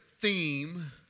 theme